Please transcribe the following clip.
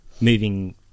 moving